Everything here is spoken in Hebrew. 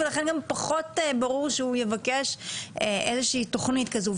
ולכן פחות ברור שהוא יבקש איזושהי תוכנית כזו.